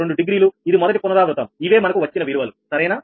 2 degree ఇది మొదటి పునరావృతం ఇవే మనకు వచ్చిన విలువలు సరేనా